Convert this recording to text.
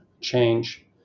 change